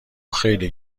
خیلی